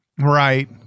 Right